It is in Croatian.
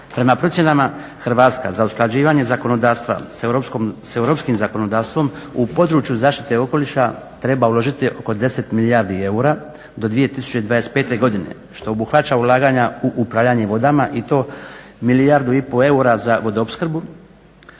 Prema procjenama Hrvatska za usklađivanje zakonodavstva s europskim zakonodavstvom u području zaštite okoliša treba uložiti oko 10 milijardi eura do 2025. godine što obuhvaća ulaganja u upravljanje vodama i to milijardu i pol eura za vodoopskrbu,